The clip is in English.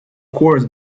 course